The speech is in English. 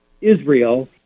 Israel